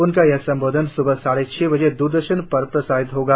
उनका यह संबोधन स्बह साढ़े छह बजे दूरदर्शन पर प्रसारित होगा